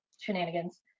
shenanigans